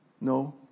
No